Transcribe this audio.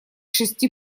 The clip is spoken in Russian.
шести